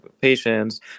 patients